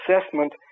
assessment